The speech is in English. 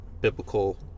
biblical